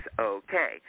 Okay